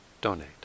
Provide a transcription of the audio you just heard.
donate